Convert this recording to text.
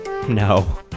No